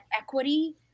equity